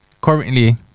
currently